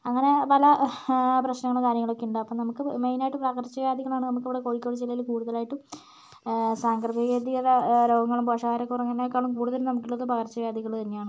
അങ്ങനെ പല പ്രശ്നങ്ങള് കാര്യങ്ങളൊക്കേയുണ്ട് അപ്പം നമുക്ക് മെയ്നായിട്ട് പകർച്ച വ്യാധികളാണ് നമുക്കിവിടെ കോഴിക്കോട് ജില്ലയില് കൂടുതലായിട്ടും സാംക്രമിക രോഗങ്ങളും പോഷകാഹാര കുറവിനെക്കാളും കൂടുതലും നമുക്കുള്ളത് പകർച്ച വ്യാധികള് തന്നെയാണ്